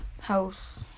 house